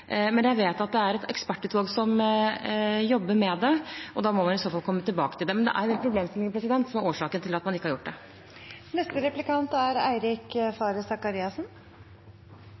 Men jeg vet at det er et ekspertutvalg som jobber med det, og da må vi i så fall komme tilbake til det. Det er en del problemstillinger som er årsaken til at man ikke har gjort det.